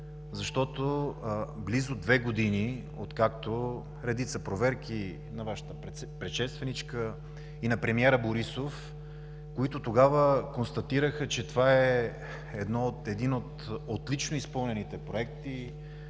защото близо две години след редица проверки – на Вашата предшественичка и на премиера Борисов, които констатираха, че това е един от отлично изпълнените проекти,